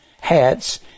hats